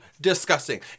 disgusting